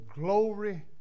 glory